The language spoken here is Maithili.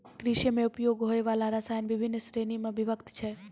कृषि म उपयोग होय वाला रसायन बिभिन्न श्रेणी म विभक्त छै